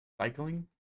Cycling